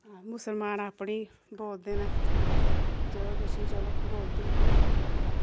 मुस्लमान अपनी बोलदे न जेह्ड़ा किश बी चलो बोलदे होङन